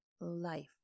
life